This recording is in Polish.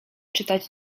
czytać